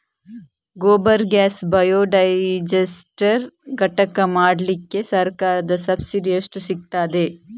Gobar gas biodigester ಘಟಕ ಮಾಡ್ಲಿಕ್ಕೆ ಸರ್ಕಾರದ ಸಬ್ಸಿಡಿ ಎಷ್ಟು ಸಿಕ್ತಾದೆ?